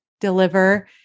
deliver